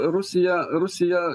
rusija rusija